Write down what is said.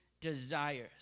desires